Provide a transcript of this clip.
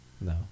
No